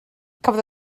cafodd